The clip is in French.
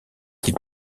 qu’il